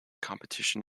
competition